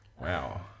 Wow